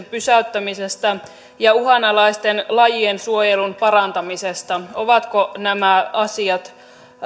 pysäyttämisestä ja uhanalaisten lajien suojelun parantamisesta ovatko nämä asiat